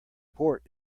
port